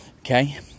Okay